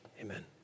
Amen